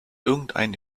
irgendeinen